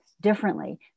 differently